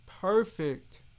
perfect